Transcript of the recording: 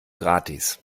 gratis